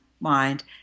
mind